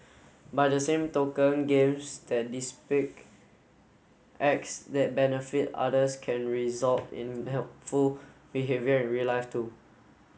by the same token games that acts that benefit others can result in helpful behaviour in real life too